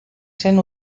zen